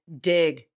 dig